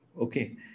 Okay